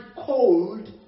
cold